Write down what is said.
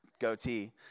goatee